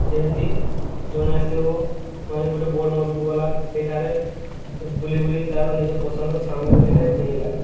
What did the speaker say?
ଯେମିତି ଜଣେ ଆସିଥିବ ମାନେ ଗୋଟେ ବୋଡ଼ ମଲ୍କୁ ଗଲା ସେଇଠାରେ ବୁଲି ବୁଲି ତାର ନିଜ ପସନ୍ଦର ସାମଗ୍ରୀଟା କିଣିଲା